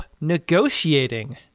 negotiating